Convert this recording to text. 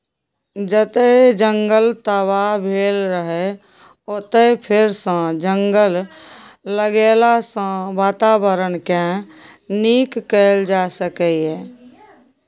जतय जंगल तबाह भेल रहय ओतय फेरसँ जंगल लगेलाँ सँ बाताबरणकेँ नीक कएल जा सकैए